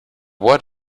what